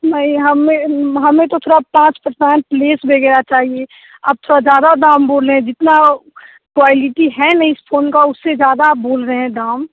नहीं हमें हमें तो थोड़ा पाँच परसेंट लेस वगैरह चाहिए आप थोड़ा ज़्यादा दाम बोल रहे हैं जितना क्वालिटी है नहीं इस फ़ोन का उससे ज़्यादा आप बोल रहे हैं दाम